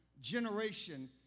generation